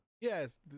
Yes